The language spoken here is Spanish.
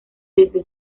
desde